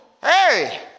Hey